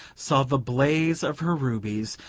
saw the blaze of her rubies,